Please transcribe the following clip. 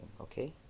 okay